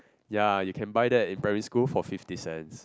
ya you can buy that in primary school for fifty cents